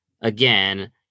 again